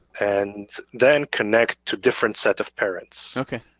and then connect to different set of parents. okay.